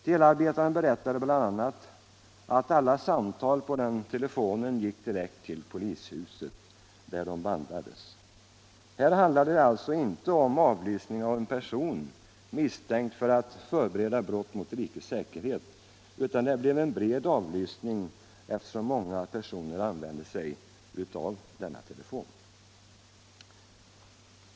Telearbetaren berättade bl.a. att alla samtal på telefonen i fråga gick direkt till polishuset, där de bandades. Det handlade alltså inte om avlyssning av en person, misstänkt för att förbereda brott mot rikets säkerhet, utan det blev en bred avlyssning, eftersom många personer använde sig av denna telefon.